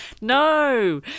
No